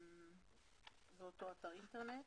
אותו אתר אינטרנט.